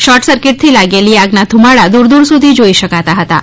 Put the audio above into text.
short સર્કિટથી લાગેલી આગના ધૂમાડા દૂર દૂર સુધી જોઈ શકાતા હતાં